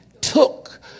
took